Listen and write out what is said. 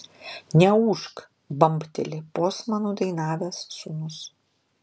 neūžk bambteli posmą nudainavęs sūnus